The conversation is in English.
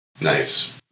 Nice